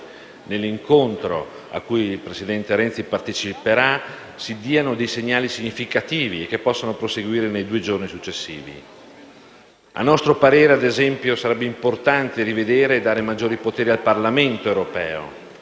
nell'incontro cui il presidente Renzi parteciperà, si diano dei segnali significativi, che possano proseguire nei due giorni successivi. A nostro parere, ad esempio, sarebbe importante rivedere e dare maggiori poteri al Parlamento europeo.